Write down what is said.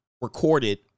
recorded